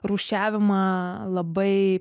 rūšiavimą labai